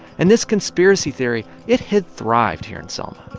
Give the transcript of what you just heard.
and this conspiracy theory, it had thrived here in selma.